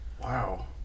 Wow